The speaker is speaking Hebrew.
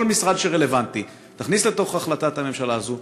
כל משרד שרלוונטי תכניס לתוך החלטת הממשלה הזאת,